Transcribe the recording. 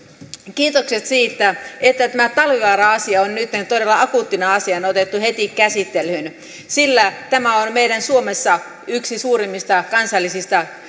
kiitokset siitä että tämä talvivaara asia on nytten todella akuuttina asiana otettu heti käsittelyyn sillä tämä on suomessa yksi meidän suurimmista kansallisista